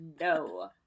no